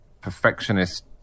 perfectionist